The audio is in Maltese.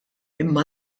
imma